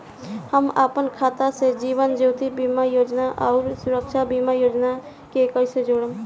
हम अपना खाता से जीवन ज्योति बीमा योजना आउर सुरक्षा बीमा योजना के कैसे जोड़म?